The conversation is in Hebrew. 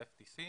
ה-FPC,